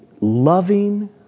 Loving